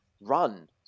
run